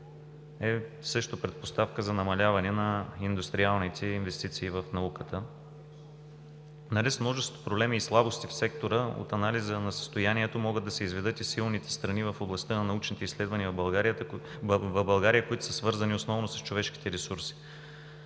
е също предпоставка за намаляване на индустриалните инвестиции в науката. Нали с множеството проблеми и слабости в сектора от анализа на състоянието могат да се изведат и силните страни в областта на научните изследвания в България, които са свързани основно с човешките ресурси.